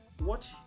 watch